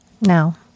Now